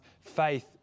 faith